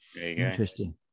interesting